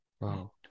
wow